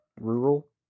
Rural